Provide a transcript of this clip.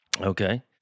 Okay